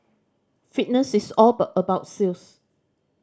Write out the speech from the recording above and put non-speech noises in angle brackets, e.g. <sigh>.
fitness is all <unintelligible> about sales